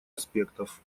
аспектов